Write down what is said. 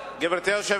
בדיוק מה